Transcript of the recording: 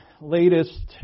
latest